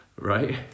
right